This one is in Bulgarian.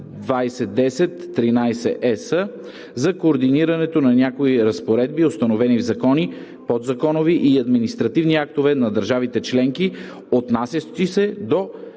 2010/13/ЕС за координирането на някои разпоредби, установени в закони, подзаконови и административни актове на държавите членки, отнасящи се до